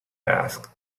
asked